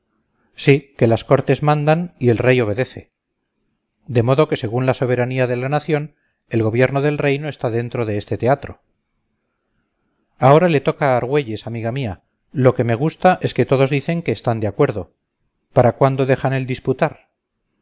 sí que las cortes mandan y el rey obedece de modo que según la soberanía de la nación el gobierno del reino está dentro de este teatro ahora le toca a argüelles amiga mía lo que me gusta es que todos dicen que están de acuerdo para cuándo dejan el disputar